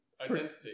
identity